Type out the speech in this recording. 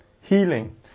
healing